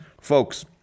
Folks